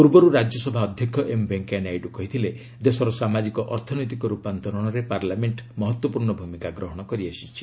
ପୂର୍ବରୁ ରାଜ୍ୟସଭା ଅଧ୍ୟକ୍ଷ ଏମ୍ ଭେଙ୍କିୟା ନାଇଡୁ କହିଥିଲେ ଦେଶର ସାମାଜିକ ଅର୍ଥନୈତିକ ରୂପାନ୍ତରଣରେ ପାର୍ଲାମେଣ୍ଟ ମହତ୍ତ୍ୱପୂର୍ଣ୍ଣ ଭୂମିକା ଗ୍ରହଣ କରିଆସିଛି